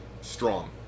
Strong